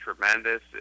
tremendous